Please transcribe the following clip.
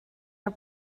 her